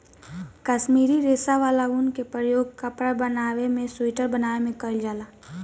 काश्मीरी रेशा वाला ऊन के प्रयोग कपड़ा बनावे में सुइटर बनावे में कईल जाला